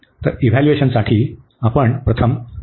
तर इव्हाल्युएशनासाठी आपण प्रथम सोप्या दृश्यावर विचार करू